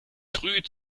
früh